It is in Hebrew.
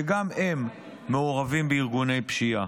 שגם הם מעורבים בארגוני פשיעה.